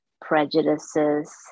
prejudices